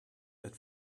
that